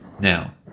Now